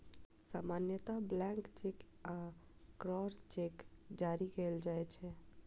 सामान्यतः blank cheque आ crossed cheque जारी कैल जाइ छै